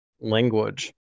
language